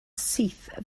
syth